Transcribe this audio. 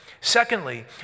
Secondly